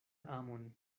amon